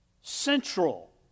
central